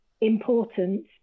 important